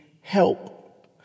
help